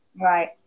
Right